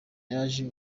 yaje